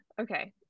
Okay